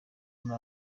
muri